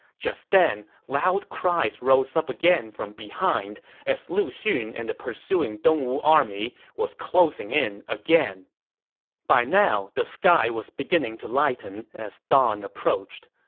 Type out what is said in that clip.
just then, loud cries rose up again from behind as lu xun and the pursuing dongwu army was closing in again by now, the sky was beginning to lighten as dawn approached.